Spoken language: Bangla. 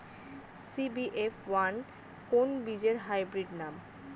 সি.বি.এফ ওয়ান কোন বীজের হাইব্রিড নাম?